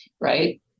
right